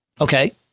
Okay